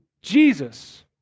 Jesus